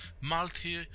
multi